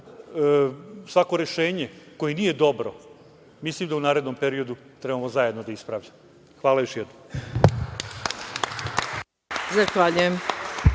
Svako rešenje koje nije dobro, mislim da u narednom periodu treba zajedno da ispravljamo. Hvala još jednom. **Maja